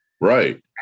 Right